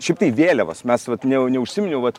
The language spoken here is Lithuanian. šiaip taip vėliavos mes vat ne neužsiminiau vat